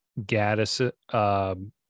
Gaddis